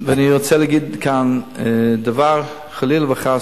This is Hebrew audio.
אני רוצה להגיד כאן דבר, חלילה וחס,